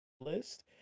list